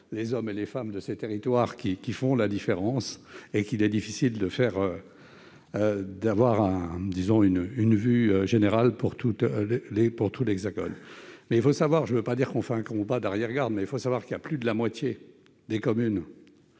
les hommes et les femmes de ces territoires qui font la différence et qu'il est difficile d'avoir une vue générale pour tout l'Hexagone. Je ne dis pas que nous menons un combat d'arrière-garde, mais il faut savoir que plus de la moitié des communes